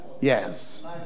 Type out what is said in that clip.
Yes